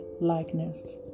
likeness